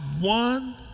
one